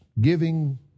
giving